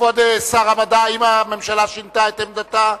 כבוד שר המדע, האם הממשלה שינתה את עמדתה?